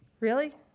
really?